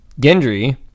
Gendry